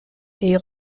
est